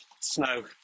snow